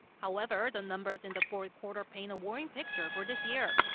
however, the numbers in the fourth quarter paint a worrying picture for this year.